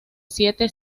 siete